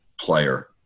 player